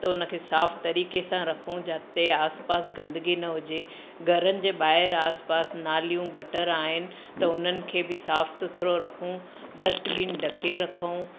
त उनखे साफ़ तरीक़े सां रखूं जिते आसपासि गंदगी न हुजे घरनि जे ॿाहेरु आसपासि नालियूं गटर आहिनि त उन्हनि खे बि साफ़ सुथरो रखूं डस्टबिन ढके रखूं